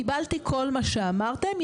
קיבלתי כל מה שאמרתם.